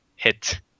hit